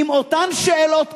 עם אותן שאלות כמעט,